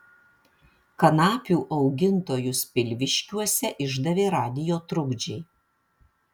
kanapių augintojus pilviškiuose išdavė radijo trukdžiai